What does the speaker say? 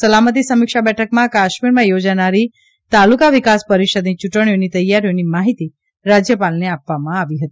સલામતી સમીક્ષા બેઠકમાં કાશ્મીરમાં યોજાનારી તાલુકા વિકાસ પરિષદની યૂંટણીઓની તૈયારીઓની માહિતી રાજ્યપાલને આપવામાં આવી હતી